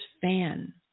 fan